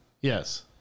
yes